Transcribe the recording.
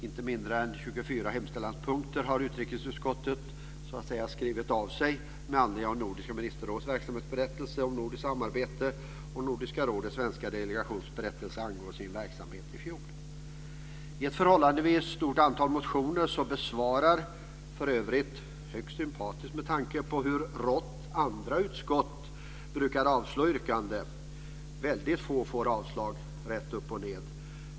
Inte mindre än 24 hemställanspunkter har utrikesutskottet skrivit med anledning av Nordiska ministerrådets verksamhetsberättelse om nordiskt samarbete och Nordiska rådets svenska delegations berättelse angående sin verksamhet i fjol. Ett förhållandevis stort antal motioner kommenteras högst sympatiskt med tanke på hur rått andra utskott brukar avstyrka yrkanden. Väldigt få får avslag rätt upp och ned.